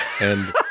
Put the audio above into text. And-